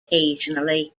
occasionally